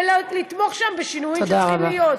ולתמוך שם בשינויים שצריכים להיות.